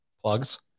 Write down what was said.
Plugs